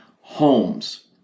homes